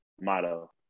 motto